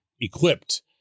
equipped